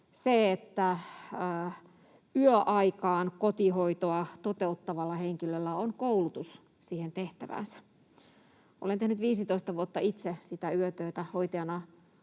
se, että yöaikaan kotihoitoa toteuttavalla henkilöllä on koulutus siihen tehtäväänsä. Olen tehnyt 15 vuotta itse sitä yötyötä hoitajana